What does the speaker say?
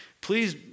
please